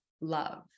love